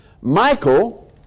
Michael